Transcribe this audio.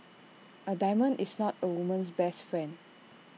A diamond is not A woman's best friend